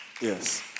Yes